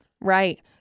Right